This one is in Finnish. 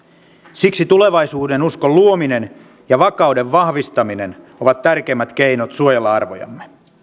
siksi tulevaisuudenuskon luominen ja vakauden vahvistaminen ovat tärkeimmät keinot suojella arvojamme